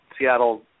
Seattle